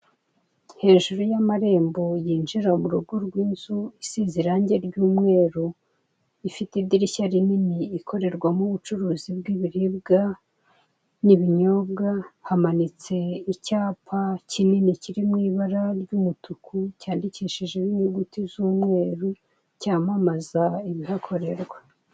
Hejuru y'amarembo yinjira mu rugo rw'inzu isize irange ry'umweru, rifite idirishya rinini ikorerwamo ubucuruzi bw'ibiribwa n'ibinyobwa, hamanitse icyapa kinini kiri mu ibara ry'umutuku, cyandikishijeho inyuguti z'umweru cyamamaza ibihakorerwa.